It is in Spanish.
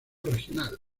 regional